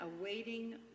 awaiting